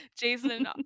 Jason